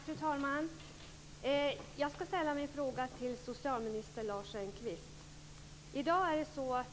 Fru talman! Jag ska ställa min fråga till socialminister Lars Engqvist.